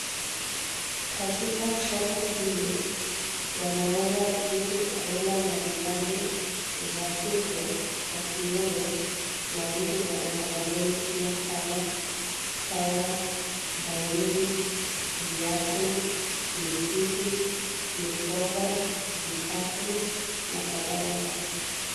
Katika soko hili wanauza vitu aina mbalimbali za kike kwa kiume na vitu vya utamaduni pia kama shanga, bangili, viatu, mishipi, mikoba, vikapu na kadhalika.